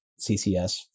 ccs